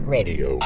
Radio